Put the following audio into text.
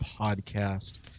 podcast